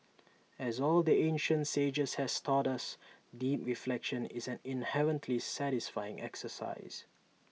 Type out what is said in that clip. as all the ancient sages have taught us deep reflection is an inherently satisfying exercise